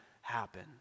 happen